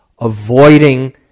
Avoiding